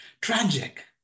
Tragic